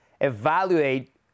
evaluate